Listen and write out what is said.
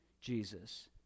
Jesus